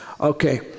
Okay